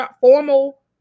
formal